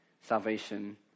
salvation